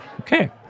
okay